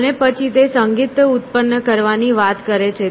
અને પછી તે સંગીત ઉત્પન્ન કરવાની વાત કરે છે